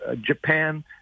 Japan